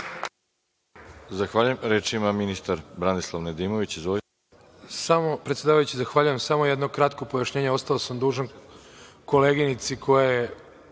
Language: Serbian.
Zahvaljujem. Reč ima ministar Branislav Nedimović.